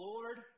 Lord